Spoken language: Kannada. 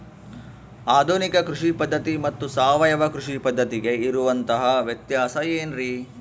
ಆಧುನಿಕ ಕೃಷಿ ಪದ್ಧತಿ ಮತ್ತು ಸಾವಯವ ಕೃಷಿ ಪದ್ಧತಿಗೆ ಇರುವಂತಂಹ ವ್ಯತ್ಯಾಸ ಏನ್ರಿ?